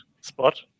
spot